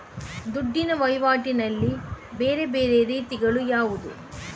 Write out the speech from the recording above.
ದುಡ್ಡಿನ ವಹಿವಾಟಿನಲ್ಲಿರುವ ಬೇರೆ ಬೇರೆ ರೀತಿಗಳು ಯಾವುದು?